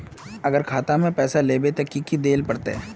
अगर खाता में पैसा लेबे ते की की देल पड़ते?